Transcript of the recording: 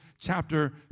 chapter